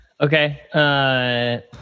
Okay